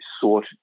sought